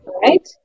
Right